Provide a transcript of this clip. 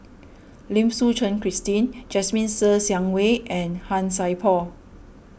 Lim Suchen Christine Jasmine Ser Xiang Wei and Han Sai Por